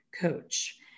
coach